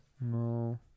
no